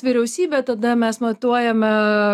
vyriausybė tada mes matuojame